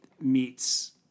meets